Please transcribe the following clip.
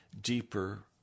deeper